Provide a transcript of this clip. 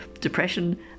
depression